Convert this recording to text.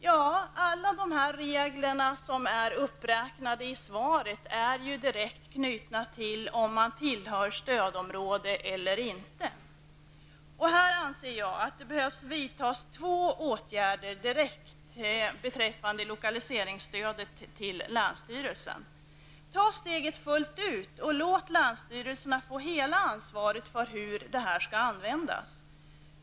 Jo, alla de regler som är uppräknade i svaret är direkt knutna till om man tillhör stödområde eller inte. Jag anser att två åtgärder behöver vidtas direkt beträffande lokaliseringsstöd till länsstyrelserna. Ta steget fullt ut och låt länsstyrelserna få hela ansvaret för hur resurserna skall användas.